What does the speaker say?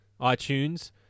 iTunes